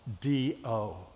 D-O